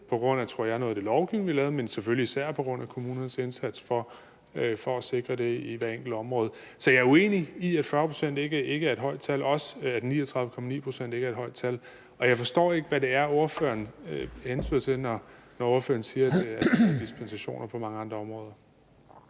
af noget af den lovgivning, vi har lavet, men selvfølgelig især på grund af kommunernes indsats for at sikre det i hvert enkelt område. Så jeg er uenig i, at 40 pct. ikke er et højt tal, og også i, at 39,9 pct. ikke er et højt tal. Jeg forstår ikke, hvad ordføreren hentyder til, når ordføreren siger, at der er dispensationer på mange andre områder.